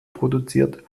produziert